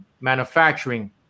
manufacturing